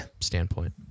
standpoint